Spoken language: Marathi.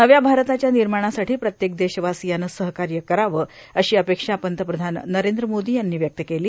नव्या भारताच्या निर्माणासाठी प्रत्येक देशवासियानं सहकार्य करावं अशी अपेक्षा पंतप्रधान नरेंद्र मोदी यांनी व्यक्त केली